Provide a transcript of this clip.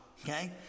okay